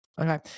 Okay